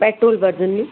petrol version में